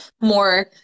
more